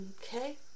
Okay